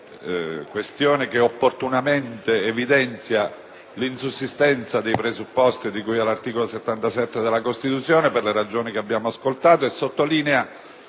Tale questione opportunamente evidenzia l'insussistenza dei presupposti di cui all'articolo 77 della Costituzione, per le ragioni che abbiamo ascoltato, e sottolinea